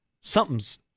something's